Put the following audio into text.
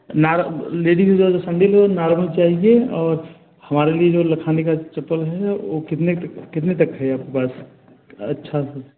नार लेडीस में जो सैंडिल नार्मल चाहिए और हमारे लिए जो लखानी का चप्पल है वह कितने तक वह कितने तक है आपके पास अच्छा सा